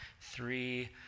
three